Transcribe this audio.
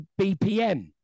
bpm